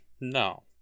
no